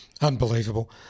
Unbelievable